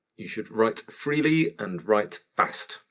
you should write freely and write fast.